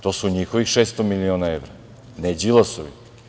To su njihovih 600 milione evra, ne Đilasovi.